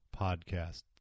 Podcast